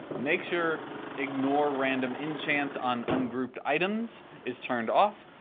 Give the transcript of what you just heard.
make sure ignore random enchants on ungrouped items is turned off.